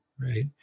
Right